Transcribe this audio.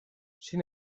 sin